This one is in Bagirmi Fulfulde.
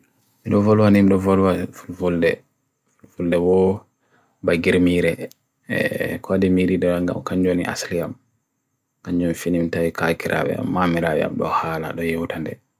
naloovelo hanimu n memo le tu ru b Solde Bar εe gir mere kwaAA dde me strawberryinda wu Kanju anne assiri lam Kanju wrenchini metai kaya ke r historia mam raya bua ch'wa alal a d gue b awtande